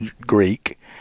Greek